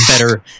better